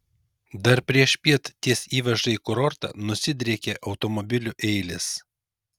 dar priešpiet ties įvaža į kurortą nusidriekė automobilių eilės